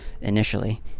initially